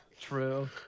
True